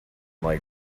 like